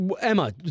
Emma